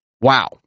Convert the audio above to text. wow